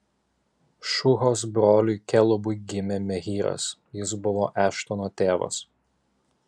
šuhos broliui kelubui gimė mehyras jis buvo eštono tėvas